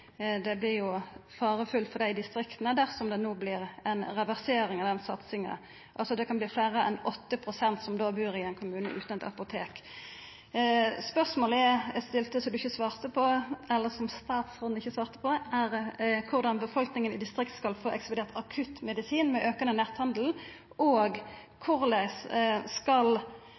Det vert farefullt for dei i distrikta, dersom det no vert ei reversering av den satsinga. Det kan altså verta fleire enn 8 pst. som då bur i ein kommune utan eit apotek. Spørsmålet eg stilte, som statsråden ikkje svarte på, er: Korleis skal befolkninga i distrikta få ekspedert akutt medisin ved aukande netthandel? Og korleis har statsråden tenkt å halda ved lag dette med at apotek skal